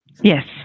yes